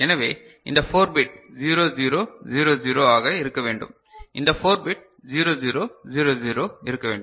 எனவே இந்த 4 பிட் 0 0 0 0 ஆக இருக்க வேண்டும் இந்த 4 பிட் 0 0 0 0 இருக்க வேண்டும்